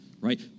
right